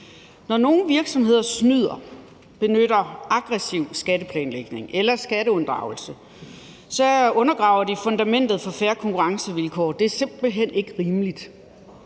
Når nogle virksomheder snyder, benytter aggressiv skatteplanlægning eller skatteunddragelse, undergraver de fundamentet for fair konkurrencevilkår. Det er simpelt hen ikke rimeligt.